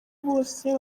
bose